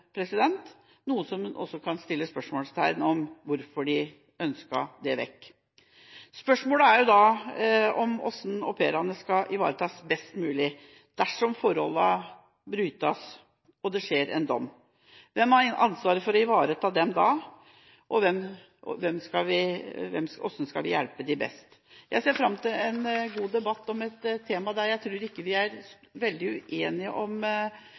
kan stille spørsmålstegn ved hvorfor. Spørsmålet er hvordan au pairene skal ivaretas best mulig dersom reglene brytes, og det blir en dom. Hvem har ansvaret for å ivareta dem, og hvordan skal vi hjelpe dem best? Jeg ser fram til en god debatt om et tema der jeg ikke tror vi er veldig uenige